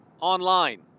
online